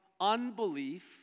unbelief